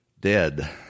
dead